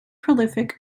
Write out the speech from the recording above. prolific